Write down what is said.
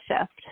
shift